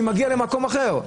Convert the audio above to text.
כשהיא מגיעה למקום אחר.